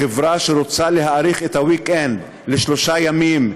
חברה שרוצה להאריך את ה-weekend לשלושה ימים,